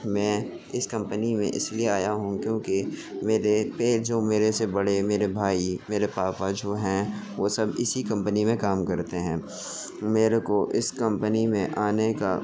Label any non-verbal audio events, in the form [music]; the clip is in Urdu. میں اس کمپنی میں اس لیے آیا ہوں کیونکہ میرے [unintelligible] میرے سے بڑے میرے بھائی جوں ہیں وہ سب اسی کمپنی میں کام کرتے ہیں میرے کو اس کمپنی میں آنے کا